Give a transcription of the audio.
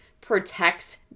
protects